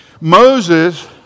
Moses